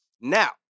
Now